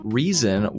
reason